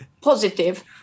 positive